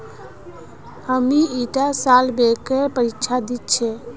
हामी ईटा साल बैंकेर परीक्षा दी छि